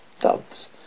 doves